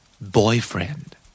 Boyfriend